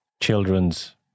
children's